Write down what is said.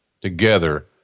together